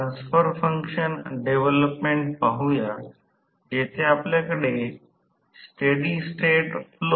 आता जर S हा पर्याय असेल तर S त्याला Smax T म्हणायचे